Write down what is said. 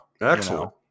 Excellent